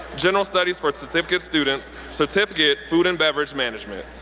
general studies for certificate students, certificate, food and beverage management.